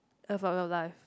love of your life